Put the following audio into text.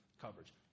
coverage